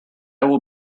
will